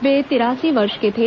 वे तिरासी वर्ष के थे